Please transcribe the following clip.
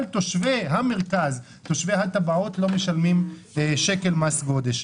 תושבי המרכז, תושבי הטבעות לא משלמים שקל מס גודש.